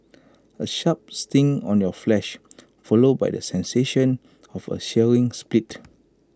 A sharp sting on your flesh followed by the sensation of A searing split